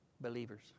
believers